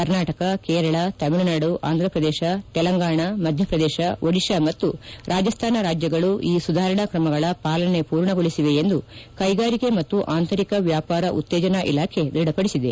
ಕರ್ನಾಟಕ ಕೇರಳ ತಮಿಳುನಾಡು ಆಂಧ್ರಪ್ರದೇಶ ತೆಲಂಗಾಣ ಮಧ್ಯಪ್ರದೇಶ ಒಡಿತಾ ಮತ್ತು ರಾಜಸ್ತಾನ ರಾಜ್ಗಳು ಈ ಸುಧಾರಣಾ ಕ್ರಮಗಳ ಪಾಲನೆ ಪೂರ್ಣಗೊಳಿಸಿವೆ ಎಂದು ಕ್ರೆಗಾರಿಕೆ ಮತ್ತು ಅಂತರಿಕ ವ್ಯಾಪಾರ ಉತ್ತೇಜನಾ ಇಲಾಖೆ ದೃಢಪಡಿಸಿದೆ